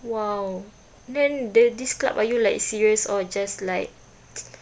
!wow! then the this club are you like serious or just like